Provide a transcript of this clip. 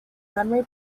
memory